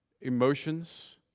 emotions